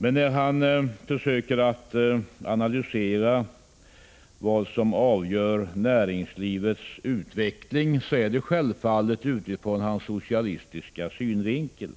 När Jörn Svensson försöker att analysera vad som avgör näringslivets utveckling, sker det självfallet utifrån hans socialistiska utgångspunkter.